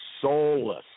soulless